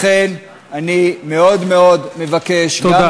לכן אני מאוד מאוד מבקש, תודה.